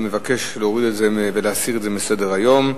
מבקש להוריד את זה ולהסיר את זה מסדר-היום.